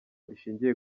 rishingiye